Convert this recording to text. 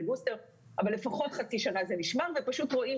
בוסטר אבל לפחות חצי שנה זה נשמר ופשוט רואים